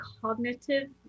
cognitive